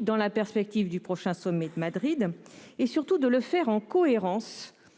dans la perspective du prochain sommet de Madrid, et, surtout, de le faire en cohérence